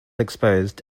exposed